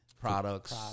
products